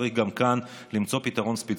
צריך למצוא פתרון ספציפי.